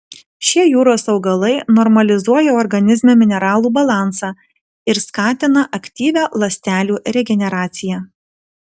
šie jūros augalai normalizuoja organizme mineralų balansą ir skatina aktyvią ląstelių regeneraciją